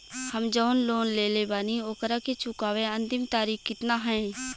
हम जवन लोन लेले बानी ओकरा के चुकावे अंतिम तारीख कितना हैं?